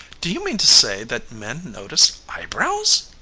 do you mean to say that men notice eyebrows?